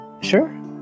Sure